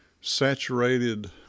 saturated